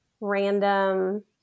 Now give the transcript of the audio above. random